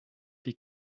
die